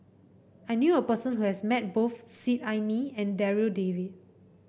I knew a person who has met both Seet Ai Mee and Darryl David